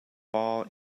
ball